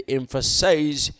emphasize